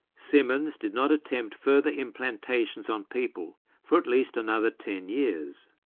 simmons did not attempt further implantations on people for at least another ten years.